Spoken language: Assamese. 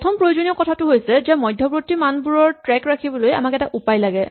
প্ৰথম প্ৰয়োজনীয় কথাটো হৈছে যে মধ্যবৰ্ত্তী মানবোৰৰ ট্ৰেক ৰাখিবলৈ আমাক এটা উপায় লাগে